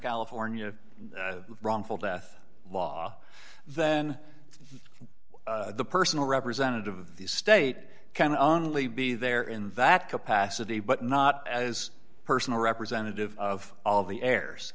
california wrongful death law then the personal representative of the state can only be there in that capacity but not as a personal representative of all the heirs